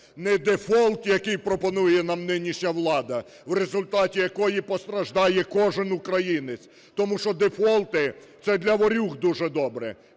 не дефолт, який пропонує нам нинішня влада, в результаті якої постраждає кожен українець. Тому що дефолти - це для ворюг дуже добре,